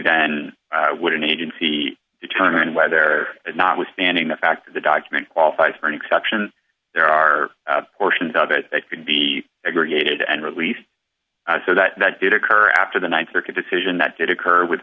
then would an agency determine whether or not withstanding the fact that the document qualifies for an exception there are portions of it that could be aggregated and released so that did occur after the th circuit decision that did occur with